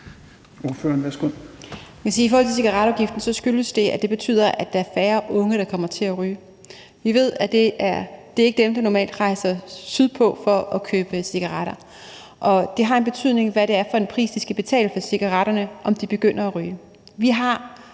at hvad angår cigaretafgiften, så skyldes det, at det betyder, at der er færre unge, der kommer til at ryge. Vi ved, at det normalt ikke er dem, der rejser sydpå for at købe cigaretter, og det har en betydning, hvilken pris de skal betale for cigaretterne, om de begynder at ryge. Vi har